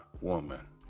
woman